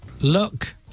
Look